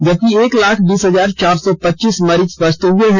जबकि एक लाख बीस हजार चार सौ पच्चीस मरीज ठीक हुए हैं